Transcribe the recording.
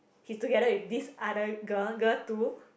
he's together with this other girl girl two